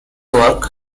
works